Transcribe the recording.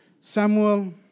Samuel